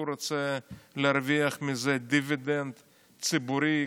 הוא רוצה להרוויח מזה דיבידנד ציבורי,